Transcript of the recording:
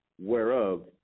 whereof